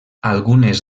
algunes